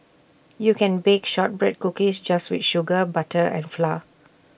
you can bake Shortbread Cookies just with sugar butter and flour